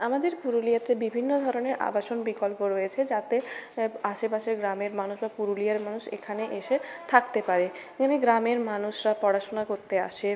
আমাদের পুরুলিয়াতে বিভিন্ন ধরনের আবাসন বিকল্প রয়েছে যাতে আশেপাশে গ্রামের মানুষ বা পুরুলিয়ার মানুষ এখানে এসে থাকতে পারে এখানে গ্রামের মানুষরা পড়াশোনা করতে আসে